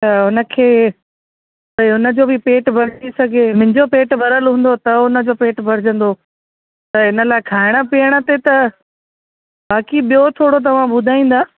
त हुनखे भई हुनजो भी पेटु भरिजी सघे मुंहिंजो पेटु भरियल हूंदो त हुनजो पेटु भरिजंदो त हिन लाइ खाइण पीअण ते त बाक़ी ॿियो थोरो तव्हां ॿुधाईंदा